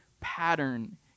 pattern